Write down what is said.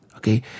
Okay